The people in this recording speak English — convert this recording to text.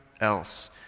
else